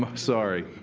um sorry,